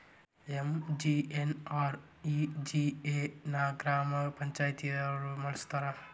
MGNREGA ನ ಗ್ರಾಮ ಪಂಚಾಯತಿಯೊರ ಮಾಡ್ತಾರಾ?